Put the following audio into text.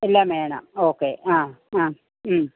എല്ലാം വേണം ഓക്കെ ആ ആ